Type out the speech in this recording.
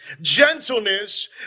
Gentleness